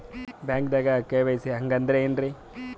ಬ್ಯಾಂಕ್ದಾಗ ಕೆ.ವೈ.ಸಿ ಹಂಗ್ ಅಂದ್ರೆ ಏನ್ರೀ?